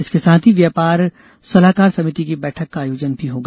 इसके साथ ही व्यापार सलाहकार समिति की बैठक का आयोजन भी होगा